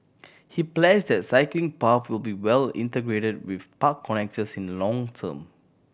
he pledged that cycling paths will be well integrated with park connectors in the long term